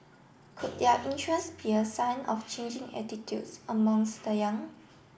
could their interest be a sign of changing attitudes amongst the young